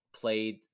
played